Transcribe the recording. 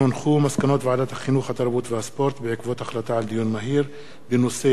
התרבות והספורט בעקבות דיון מהיר בנושא: עיצומי העובדים המתמשכים